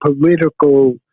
political